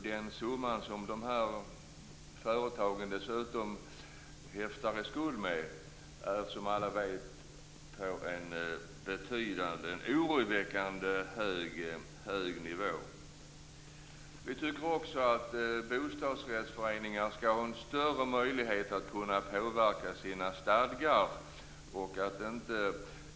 Dessutom är, som alla vet, den summa som dessa företag häftar i skuld oroväckande stor. Vi tycker att bostadsrättsföreningar skall ha större möjlighet att påverka sina stadgar.